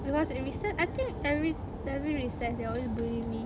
because in recess I think every every recess they always bully me